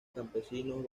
campesinos